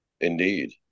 Indeed